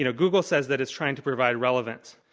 you know google says that it's trying to provide relevance.